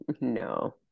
no